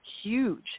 huge